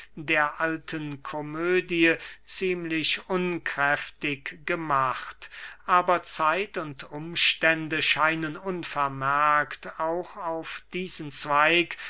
der alten komödie ziemlich unkräftig gemacht aber zeit und umstände scheinen unvermerkt auch auf diesen zweig